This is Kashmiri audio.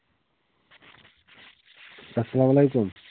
اَسلام علیکُم